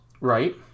Right